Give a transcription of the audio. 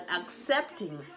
accepting